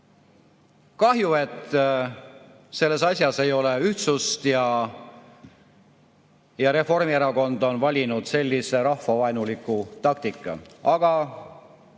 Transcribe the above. Kahju, et selles asjas ei ole ühtsust ja et Reformierakond on valinud sellise rahvavaenuliku taktika. Aga